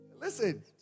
Listen